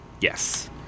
Yes